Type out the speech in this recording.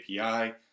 API